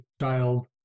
child